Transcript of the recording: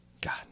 god